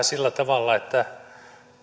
sillä tavalla että